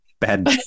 Bad